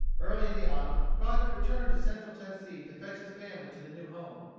early in the autumn, crockett returned to central tennessee to fetch his family to the new home.